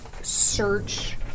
search